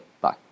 bye